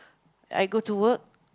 I go to work